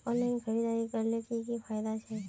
Online खरीदारी करले की की फायदा छे?